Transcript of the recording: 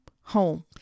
home